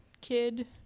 kid